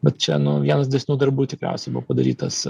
bet čia nu vienas didesnių darbų tikriausiai buvo padarytas